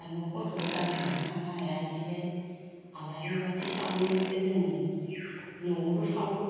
दा न'फोरखोबो गारनानै थांनो हाया इदिहाय आलारि बाथि सावनायनिखो जों न'आवबो सावो